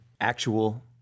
actual